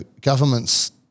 governments